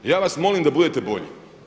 Ja vas molim da budete bolji.